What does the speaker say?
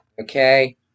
okay